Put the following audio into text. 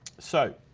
so,